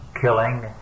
killing